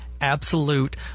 absolute